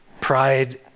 Pride